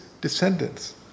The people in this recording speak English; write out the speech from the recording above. descendants